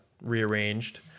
rearranged